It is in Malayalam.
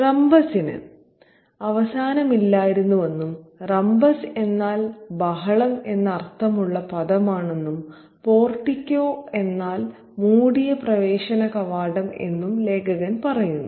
'റമ്പസിന്' അവസാനമില്ലായിരുന്നുവെന്നും റമ്പസ് എന്നാൽ ബഹളം എന്ന അർത്ഥമുള്ള പദമാണെന്നും പോർട്ടിക്കോ എന്നാൽ മൂടിയ പ്രവേശന കവാടം എന്നും ലേഖകൻ പറയുന്നു